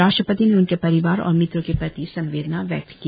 राष्ट्रपति ने उनके परिवार और मित्रों के प्रति संवेदना व्यक्त की